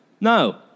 No